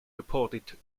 reported